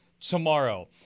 tomorrow